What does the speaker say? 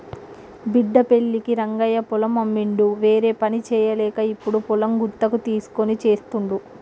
బిడ్డ పెళ్ళికి రంగయ్య పొలం అమ్మిండు వేరేపని చేయలేక ఇప్పుడు పొలం గుత్తకు తీస్కొని చేస్తుండు